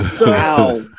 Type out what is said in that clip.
Wow